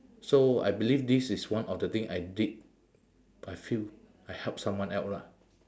so I believe this is one of the thing I did I feel I help someone out lah